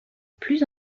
plus